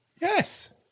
Yes